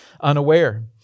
unaware